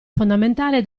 fondamentale